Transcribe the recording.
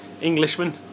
Englishman